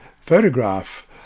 photograph